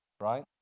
right